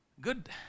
good